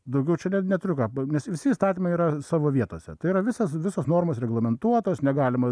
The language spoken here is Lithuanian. daugiau čia neturiu ką nes visi įstatymai yra savo vietose tai yra visas visos normos reglamentuotos negalima